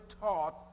taught